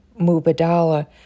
Mubadala